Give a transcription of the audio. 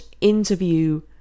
interview